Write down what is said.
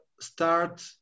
start